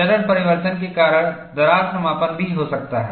चरण परिवर्तन के कारण दरार समापन भी हो सकता है